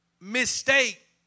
mistake